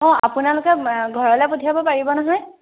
অঁ আপোনালোকে ঘৰলে পঠিয়াব পাৰিব নহয়